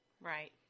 Right